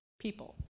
people